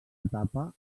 etapa